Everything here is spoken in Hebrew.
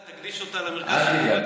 תקדיש אותו, אל תדאג.